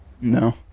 No